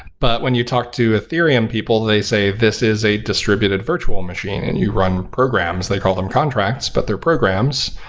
but when you talk to ethereum people, they say this is a distributed virtual machine and you run programs. they call them contracts, but they're programs,